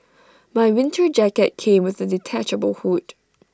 my winter jacket came with A detachable hood